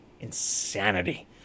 insanity